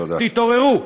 תתעוררו.